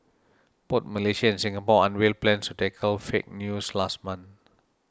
both Malaysia and Singapore unveiled plans to tackle fake news last month